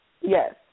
Yes